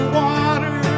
water